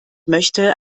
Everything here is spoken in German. möchte